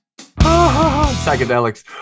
Psychedelics